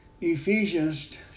Ephesians